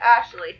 Ashley